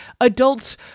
adults